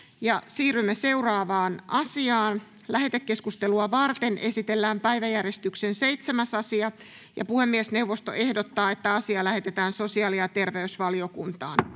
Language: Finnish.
Time: N/A Content: Lähetekeskustelua varten esitellään päiväjärjestyksen 7. asia. Puhemiesneuvosto ehdottaa, että asia lähetetään sosiaali- ja terveysvaliokuntaan.